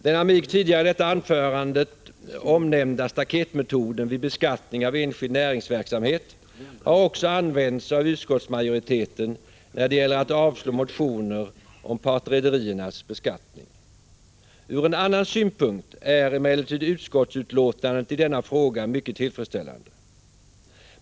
Den av mig tidigare i detta anförande omnämnda staketmetoden vid beskattning av enskild näringsverksamhet har också använts av utskottsmajoriteten när det gäller att avstyrka motioner om partrederiers beskattning. Ur en annan synpunkt är emellertid utskottsutlåtandet i denna fråga mycket tillfredsställande.